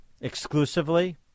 Exclusively